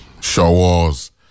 showers